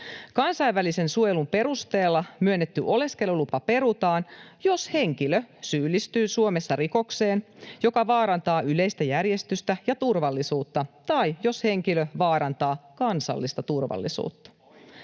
Kansainvälisen suojelun perusteella myönnetty oleskelulupa perutaan, jos henkilö syyllistyy Suomessa rikokseen, joka vaarantaa yleistä järjestystä ja turvallisuutta, tai jos henkilö vaarantaa kansallista turvallisuutta.